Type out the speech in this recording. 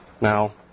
Now